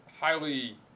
highly